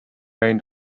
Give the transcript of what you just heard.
main